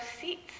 seats